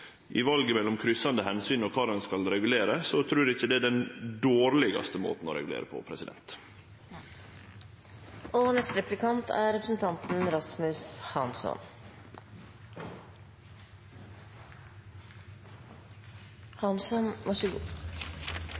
i valet mellom kryssande omsyn og kva ein skal regulere, trur eg ikkje det er den dårlegaste måten å regulere på. Man kan jo lure på om vi er